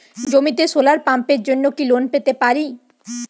জমিতে সোলার পাম্পের জন্য কি লোন পেতে পারি?